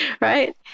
right